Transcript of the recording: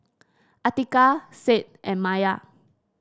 Atiqah Said and Maya